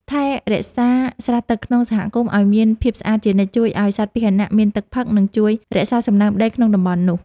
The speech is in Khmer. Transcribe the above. ថែរក្សាស្រះទឹកក្នុងសហគមន៍ឱ្យមានភាពស្អាតជានិច្ចជួយឱ្យសត្វពាហនៈមានទឹកផឹក និង ជួយរក្សាសំណើមដីក្នុងតំបន់នោះ។